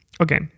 Okay